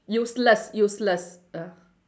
useless useless ya